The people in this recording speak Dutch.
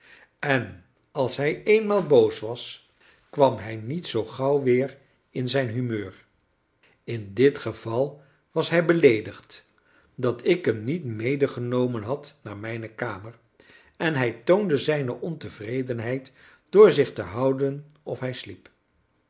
en als hij eenmaal boos was kwam hij niet zoo gauw weer in zijn humeur in dit geval was hij beleedigd dat ik hem niet medegenomen had naar mijne kamer en hij toonde zijne ontevredenheid door zich te houden of hij sliep